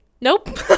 Nope